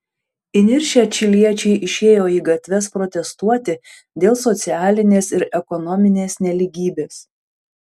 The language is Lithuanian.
įniršę čiliečiai išėjo į gatves protestuoti dėl socialinės ir ekonominės nelygybės